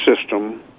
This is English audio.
system